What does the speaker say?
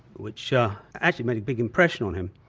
which yeah actually made a big impression on him.